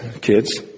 Kids